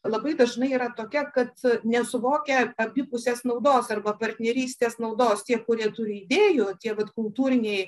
labai dažnai yra tokia kad nesuvokia abipusės naudos arba partnerystės naudos tie kurie turi idėjų tiek vat kultūriniai